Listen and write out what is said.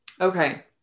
Okay